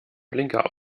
blinker